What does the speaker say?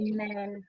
Amen